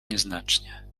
nieznacznie